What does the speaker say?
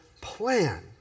plan